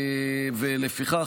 לפיכך,